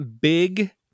big